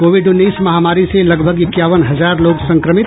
Covid उन्नीस महामारी से लगभग इक्यावन हजार लोग संक्रमित